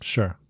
Sure